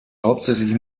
hauptsächlich